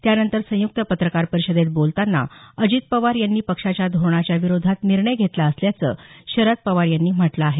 त्यानंतर संयुक्त पत्रकार परिषदेत बोलताना अजित पवार यांनी पक्षाच्या धोरणाच्या विरोधात निर्णय घेतला असल्याचं शरद पवार यांनी म्हटलं आहे